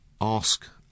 ask